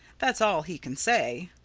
that's all he can say.